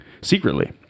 secretly